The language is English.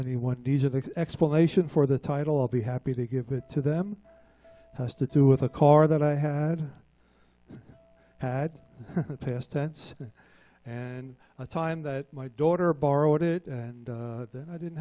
any one explanation for the title of be happy to give it to them has to do with a car that i had had a past tense and a time that my daughter borrowed it and i didn't